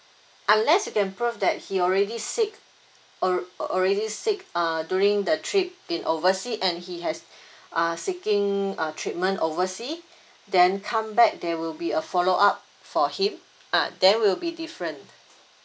unless you can prove that he already sick al~ already sick uh during the trip in overseas and he has uh seeking a treatment overseas then come back there will be a follow up for him ah then will be different